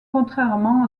contrairement